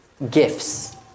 Gifts